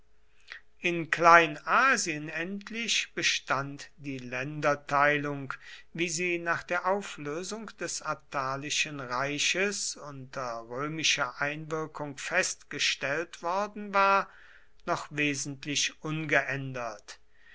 in kleinasien endlich bestand die länderteilung wie sie nach der auflösung des attalischen reiches unter römischer einwirkung festgestellt worden war noch wesentlich ungeändert